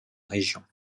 région